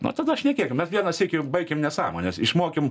nu tada šnekėkim met vieną syį baikim nesąmones išmokim